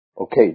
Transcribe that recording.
Okay